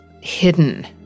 hidden